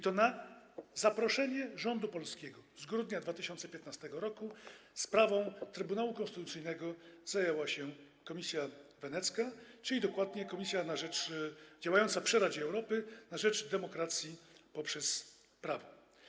To na zaproszenie rządu polskiego z grudnia 2015 r. sprawą Trybunału Konstytucyjnego zajęła się Komisja Wenecka, czyli dokładnie komisja działająca przy Radzie Europy na rzecz demokracji poprzez prawo.